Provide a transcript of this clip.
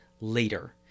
later